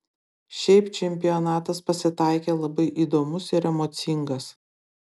šiaip čempionatas pasitaikė labai įdomus ir emocingas